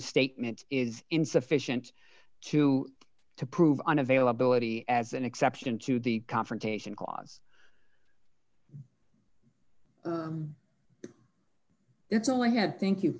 statement is insufficient to to prove an availability as an exception to the confrontation clause it's all i had thank you